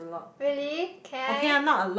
really can I